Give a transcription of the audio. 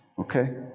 okay